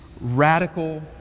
radical